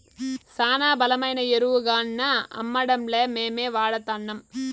శానా బలమైన ఎరువుగాన్నా అమ్మడంలే మేమే వాడతాన్నం